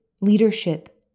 leadership